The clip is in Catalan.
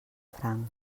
franc